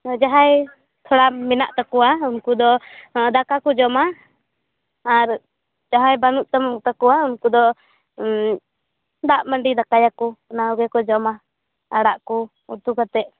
ᱡᱟᱦᱟᱸᱭ ᱛᱷᱳᱲᱟ ᱢᱮᱱᱟᱜ ᱛᱟᱠᱚᱭᱟ ᱩᱱᱠᱩ ᱫᱚ ᱫᱟᱠᱟᱠᱚ ᱡᱚᱢᱟ ᱟᱨ ᱡᱟᱦᱟᱸᱭ ᱵᱟᱹᱱᱩᱜ ᱛᱟᱠᱚᱣᱟ ᱩᱱᱠᱩ ᱫᱚ ᱫᱟᱜ ᱢᱟᱱᱫᱤ ᱫᱟᱠᱟᱭᱟᱠᱚ ᱚᱱᱟ ᱜᱮᱠᱚ ᱡᱚᱢᱟ ᱟᱲᱟᱜ ᱠᱚ ᱩᱛᱩ ᱠᱟᱛᱮ